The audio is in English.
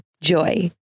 JOY